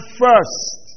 first